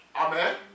Amen